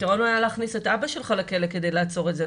הפיתרון היה להכניס את אבא שלך לכלא כדי לעצור את זה,